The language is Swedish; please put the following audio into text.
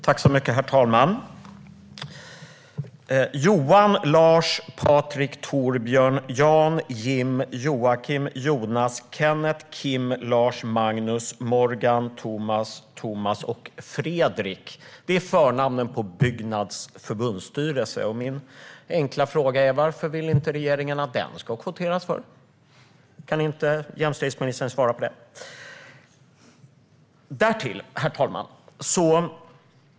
Herr talman! Johan, Lars, Patrik, Torbjörn, Jan, Jim, Joakim, Jonas, Kenneth, Kim, Lars, Magnus, Morgan, Thomas, Tomas och Fredrik - det är förnamnen på de som sitter i Byggnads förbundsstyrelse. Min enkla fråga är: Varför vill inte regeringen att den ska kvoteras? Kan jämställdhetsministern svara på det? Herr talman!